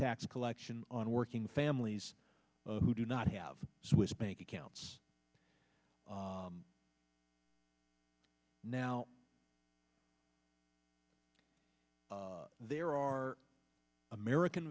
tax collection on working families who do not have swiss bank accounts now there are american